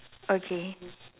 okay